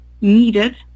needed